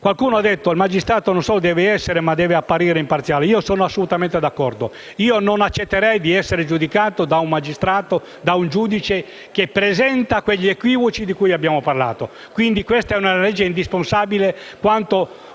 Qualcuno ha detto che il magistrato, non solo deve essere, ma deve anche apparire imparziale. Io sono assolutamente d'accordo. Non accetterei di essere giudicato da un giudice che presenta quegli equivoci di cui abbiamo parlato. Questa è una legge indispensabile,